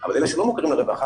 אבל אלה שלא מוכרים לרווחה,